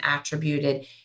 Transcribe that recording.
attributed